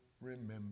remember